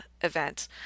event